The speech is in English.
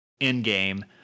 Endgame